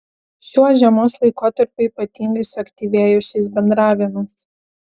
šiuo žiemos laikotarpiu ypatingai suaktyvėjo šis bendravimas